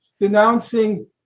denouncing